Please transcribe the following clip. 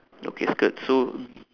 okay skirt so